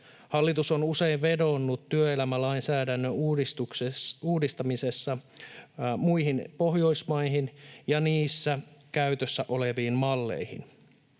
Hallitus on usein vedonnut työelämälainsäädännön uudistamisessa muihin Pohjoismaihin ja niissä käytössä oleviin malleihin.